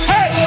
Hey